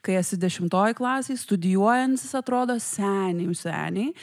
kai esi dešimtoj klasėj studijuojantys atrodo senim seniai